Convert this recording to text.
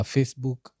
Facebook